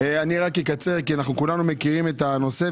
אני רק אקצר כי אנחנו כולנו מכירים את הנושא,